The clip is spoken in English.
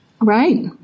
Right